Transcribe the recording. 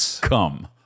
come